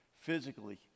physically